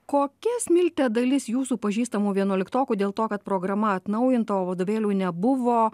kokia smilte dalis jūsų pažįstamų vienuoliktokų dėl to kad programa atnaujinta o vadovėlių nebuvo